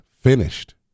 finished